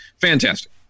Fantastic